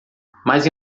mais